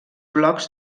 blocs